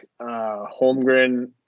Holmgren